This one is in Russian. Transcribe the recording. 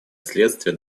следствие